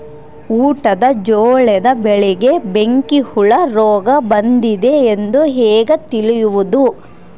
ಊಟದ ಜೋಳದ ಬೆಳೆಗೆ ಬೆಂಕಿ ಹುಳ ರೋಗ ಬಂದಿದೆ ಎಂದು ಹೇಗೆ ತಿಳಿಯುವುದು?